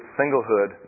singlehood